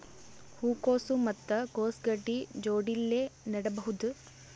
ಹೂ ಕೊಸು ಮತ್ ಕೊಸ ಗಡ್ಡಿ ಜೋಡಿಲ್ಲೆ ನೇಡಬಹ್ದ?